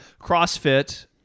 CrossFit